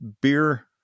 beer